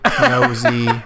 nosy